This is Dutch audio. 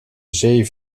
zee